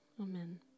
Amen